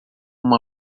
uma